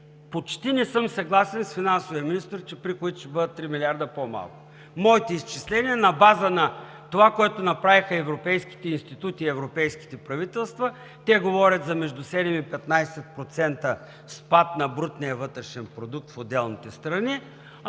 почти не съм съгласен с финансовия министър, че приходите ще бъдат 3 милиарда по-малко. Моите изчисления са на база на това, което направиха европейските институти и европейските правителства. Те говорят за между 7 и 15% спад на брутния вътрешен продукт в отделните страни.